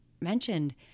mentioned